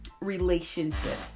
relationships